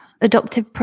Adoptive